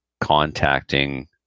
contacting